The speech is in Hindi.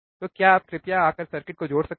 तो क्या आप कृपया आकर सर्किट को जोड़ सकते हैं